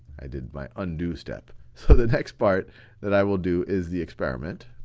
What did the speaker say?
i did my undo step. so, the next part that i will do is the experiment.